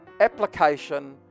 application